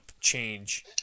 change